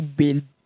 build